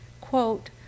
Quote